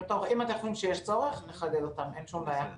אם אתם חושבים שיש צורך, נחדד אותם, אין שום בעיה.